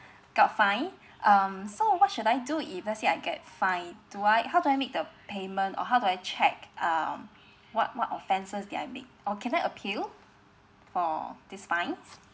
got fined um so what should I do if let's say I get fined do I how do I make the payment or how do I check um what what offences did I make or can I appeal for these fines